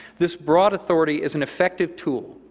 this broad authority is an effective tool,